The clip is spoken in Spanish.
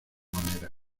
maneras